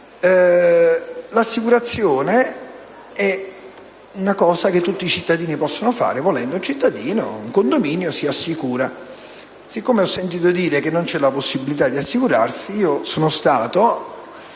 L'assicurazione è una cosa che tutti i cittadini possono fare: volendo, un cittadino o un condominio si assicura. Siccome ho sentito dire che non c'è la possibilità di assicurarsi, vorrei dire